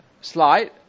slide